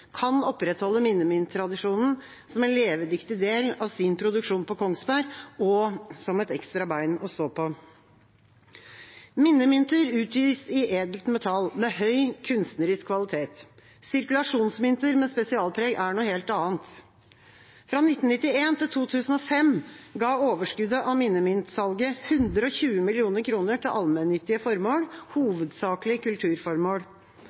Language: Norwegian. kan opprettholde minnemynttradisjonen som en levedyktig del av sin produksjon på Kongsberg, og som et ekstra bein å stå på. Minnemynter utgis i edelt metall, med høy kunstnerisk kvalitet. Sirkulasjonsmynter med spesialpreg er noe helt annet. Fra 1991 til 2005 ga overskuddet av minnemyntsalget 120 mill. kr til allmennyttige formål, hovedsakelig kulturformål.